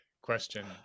question